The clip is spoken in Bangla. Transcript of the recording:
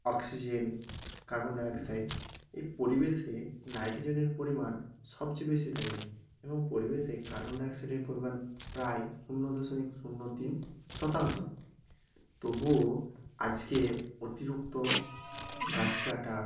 অক্সিজেন কার্বন ডাইঅক্সাইড এই পরিবেশে নাইট্রোজেনের পরিমাণ সবচেয়ে বেশি থাকে এবং পরিবেশে কার্বন ডাইঅক্সাইডের পরিমাণ প্রায় শূন্য দশমিক শূন্য তিন শতাংশ তবুও আজকে অতিরিক্ত গাছ কাটা